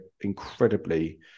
incredibly